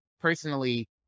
personally